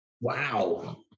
Wow